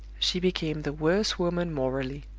she became the worse woman morally.